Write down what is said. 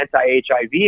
anti-HIV